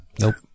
Nope